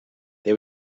they